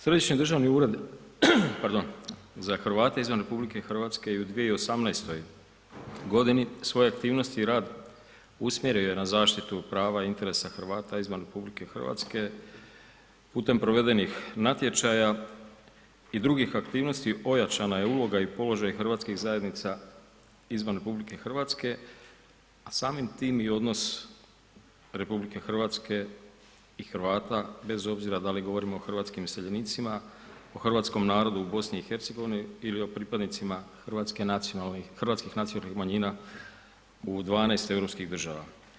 Središnji državni ured za Hrvate izvan RH i u 2018. g. svoje aktivnost i rad usmjerio je na zaštitu prava i interesa Hrvata izvan RH putem provedbenih natječaja i drugih aktivnosti ojačana je uloga i položaj hrvatskih zajednica izvan RH a samim time i odnos RH i Hrvata bez obzira da li govorimo o hrvatskim iseljenicima, o hrvatskom narodu u BiH-u ili o pripadnicima hrvatskim nacionalnih manjina u 12 europskih država.